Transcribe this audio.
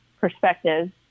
perspectives